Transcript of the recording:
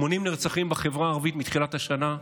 80 נרצחים בחברה הערבית מתחילת השנה,